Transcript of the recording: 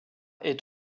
est